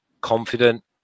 confident